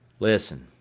listen,